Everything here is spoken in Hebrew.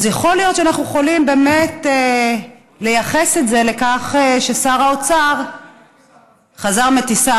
אז יכול להיות שאנחנו יכולים באמת לייחס את זה לכך ששר האוצר חזר מטיסה